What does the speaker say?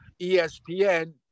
ESPN